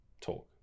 talk